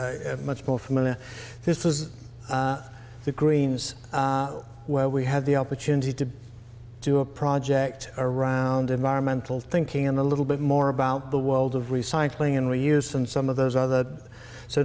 are much more familiar this is the greens where we had the opportunity to do a project around environmental thinking and a little bit more about the world of recycling and reuse and some of those other so